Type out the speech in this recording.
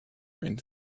into